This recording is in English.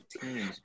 teams